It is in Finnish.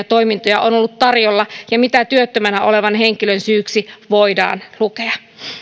toimintoja on ollut tarjolla ja mitä työttömänä olevan henkilön syyksi voidaan lukea